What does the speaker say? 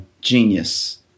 genius